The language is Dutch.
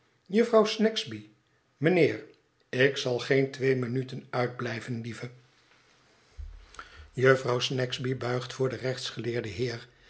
jufvrouw snagsby mijnheer ik zal geen twee minuten uitblijven lieve jufvrouw snagsby buigt voor den rechtsgeleerden heer